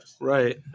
Right